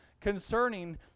concerning